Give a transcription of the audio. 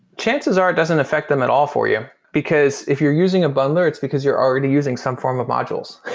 chances are it doesn't affect them at all for you. because if you're using a bundler, it's because you're already using some form of modules.